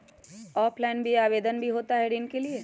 Offline भी आवेदन भी होता है ऋण के लिए?